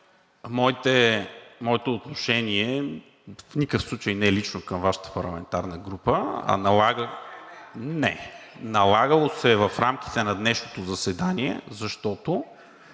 моето отношение в никакъв случай не е лично към Вашата парламентарна група, а се е налагало в рамките на днешното заседание, защото